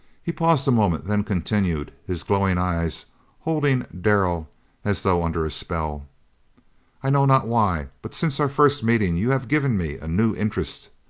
he paused a moment, then continued, his glowing eyes holding darrell as though under a spell i know not why, but since our first meeting you have given me a new interest,